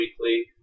weekly